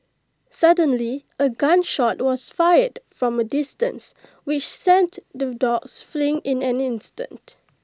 suddenly A gun shot was fired from A distance which sent the dogs fleeing in an instant